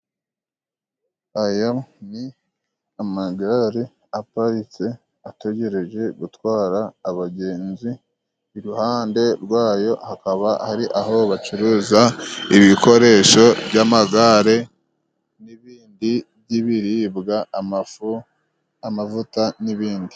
Aya ni amagare aparitse ategereje gutwara abagenzi, iruhande rwayo hakaba hari aho bacuruza ibikoresho by'amagare, n'ibindi by'ibiribwa, amafu, amavuta n'ibindi.